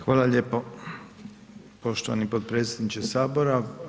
Hvala lijepo poštovani potpredsjedniče sabora.